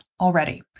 already